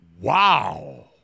Wow